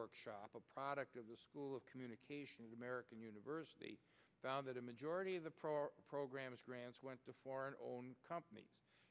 workshop a product of the school of communications american university found that a majority of the program's grants went to foreign owned company